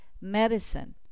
medicine